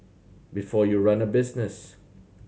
before you run a business